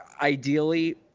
ideally